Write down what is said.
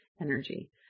energy